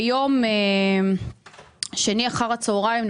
ביום שני אחר הצוהריים,